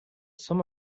some